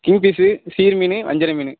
king fish seer மீன் வஞ்சிர மீன்